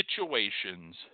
situations